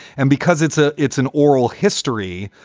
and because it's a it's an oral history,